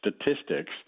statistics